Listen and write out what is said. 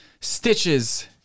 Stitches